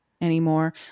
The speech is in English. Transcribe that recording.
anymore